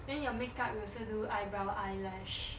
then your makeup you will still do eyebrow eyelash